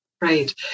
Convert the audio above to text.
right